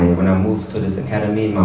when i moved to this academy,